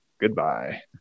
Goodbye